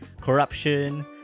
corruption